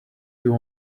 you